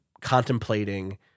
contemplating